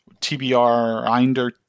TBRinder